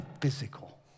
physical